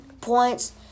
points